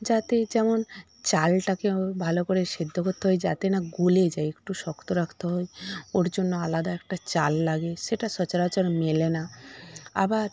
যাতে যেমন চালটাকে ভালো করে সেদ্ধ করতে হয় যাতে না গলে যায় একটু শক্ত রাখতে হবে ওর জন্য আলাদা একটা চাল লাগে সেটা সচরাচর মেলে না আবার